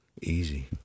Easy